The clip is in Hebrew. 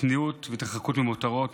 צניעות והתרחקות ממותרות,